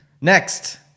Next